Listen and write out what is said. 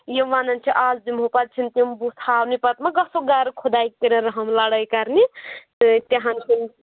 یِم وَنان چھِ اَز دِمہو پَتہٕ چھِ نہٕ تِم بُتھ ہاونے پَتہٕ ما گَژھو گَرٕ خۄداے کٔرِنۍ رٔحم لَڑٲے کَرنہِ تہٕ تہِ ہَن